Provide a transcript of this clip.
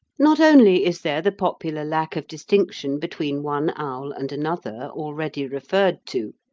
not only is there the popular lack of distinction between one owl and another already referred to,